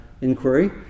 inquiry